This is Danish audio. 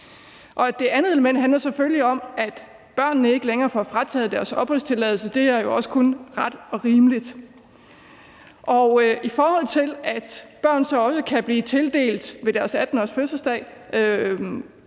Det andet element handler selvfølgelig om, at børnene ikke længere får frataget deres opholdstilladelse. Det er jo også kun ret og rimeligt. At børn så også ved deres 18-årsfødselsdag